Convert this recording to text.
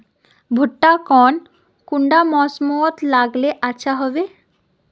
भुट्टा कौन कुंडा मोसमोत लगले अच्छा होबे?